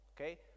okay